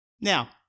Now